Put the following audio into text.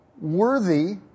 worthy